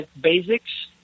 basics